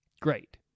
Great